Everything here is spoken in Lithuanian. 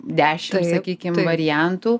dešim sakykim variantų